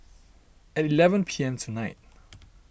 at eleven P M tonight